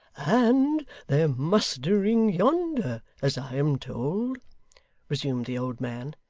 and they're mustering yonder, as i am told resumed the old man,